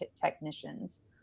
technicians